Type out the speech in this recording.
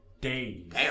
days